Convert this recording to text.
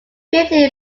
briefly